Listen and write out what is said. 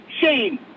Shane